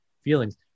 feelings